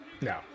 No